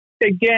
Again